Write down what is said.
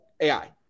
AI